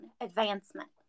advancement